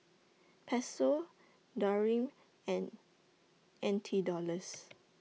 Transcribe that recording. Peso Dirham and N T Dollars